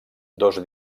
dos